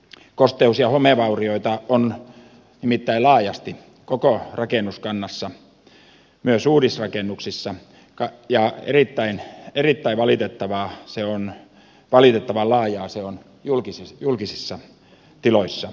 kosteus ja homevaurioita on nimittäin laajasti koko rakennuskannassa myös uudisrakennuksissa ja erittäin valitettavaa valitettavan laajaa se on julkisissa tiloissa